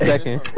second